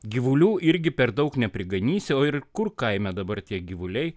gyvulių irgi per daug nepriganysi o ir kur kaime dabar tie gyvuliai